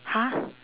!huh!